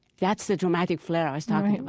that's the dramatic flair i was talking about,